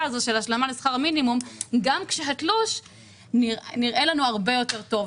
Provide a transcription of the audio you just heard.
הזו של השלמה לשכר מינימום גם כשהתלוש נראה לנו הרבה יותר טוב.